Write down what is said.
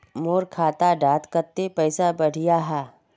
मोर खाता डात कत्ते पैसा बढ़ियाहा?